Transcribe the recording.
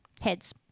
Heads